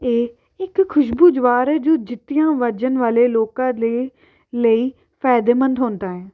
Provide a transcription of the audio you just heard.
ਇਹ ਇੱਕ ਖੁਸ਼ਬੂ ਜਵਾਰ ਹੈ ਜੋ ਜੁੱਤੀਆਂ ਵੱਜਣ ਵਾਲੇ ਲੋਕਾਂ ਲਈ ਲਈ ਫਾਇਦੇਮੰਦ ਹੁੰਦਾ ਹੈ